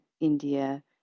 India